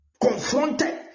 confronted